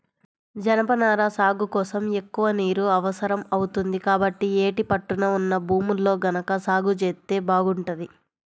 జనపనార సాగు కోసం ఎక్కువ నీరు అవసరం అవుతుంది, కాబట్టి యేటి పట్టున ఉన్న భూముల్లో గనక సాగు జేత్తే బాగుంటది